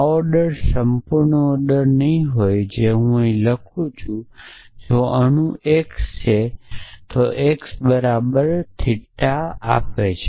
આ ઓર્ડર સંપૂર્ણ ઓર્ડર નહીં હોય જે હું અહીં લખું છું જો અણુ x તો જો x બરાબર કેમ થેટા પાછા આપશે